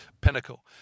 pinnacle